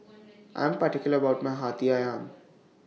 I Am particular about My Hati Ayam